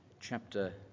chapter